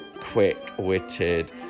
quick-witted